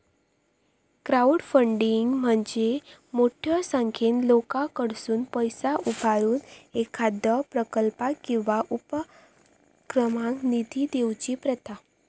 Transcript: crowdfunding म्हणजे मोठ्यो संख्येन लोकांकडसुन पैसा उभारून एखाद्यो प्रकल्पाक किंवा उपक्रमाक निधी देऊची प्रथा